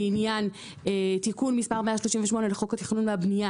בעניין תיקון מס' 138 לחוק התכנון והבנייה